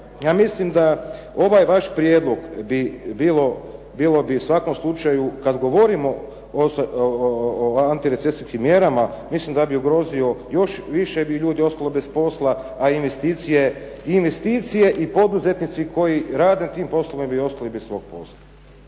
ja mislim da ovaj vaš prijedlog bi bilo bi u svakom slučaju kada govorimo o antirecesijskim mjerama, mislim da bi ugrozio još više bi ljudi ostalo bez posla, a investicije i poduzetnici koji rade na tim poslovima bi ostali bez svog posla.